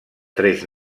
tres